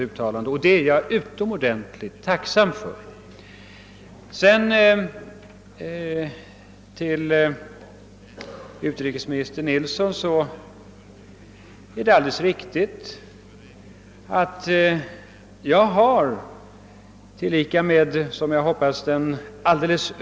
Jag är utomordentligt tacksam härför. Det är alldeles riktigt, herr utrikesminister, att jag, liksom som jag hoppas den helt.